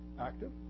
active